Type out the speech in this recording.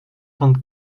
vingt